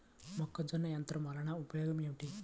మొక్కజొన్న యంత్రం వలన ఉపయోగము ఏంటి?